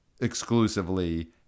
exclusively